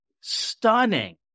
stunning